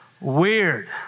weird